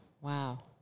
wow